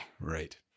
Right